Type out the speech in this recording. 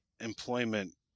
employment